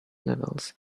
levels